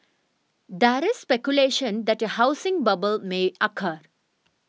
there is speculation that a housing bubble may occur